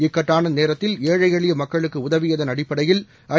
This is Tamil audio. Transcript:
இக்கட்டான நேரத்தில் ஏழை எளிய மக்களுக்கு உதவியதன் அடிப்டையில் ஐ